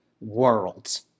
worlds